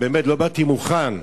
באמת לא באתי מוכן.